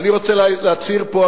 אני רוצה להצהיר פה,